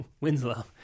Winslow